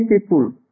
people